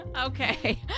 Okay